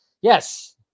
yes